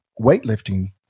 weightlifting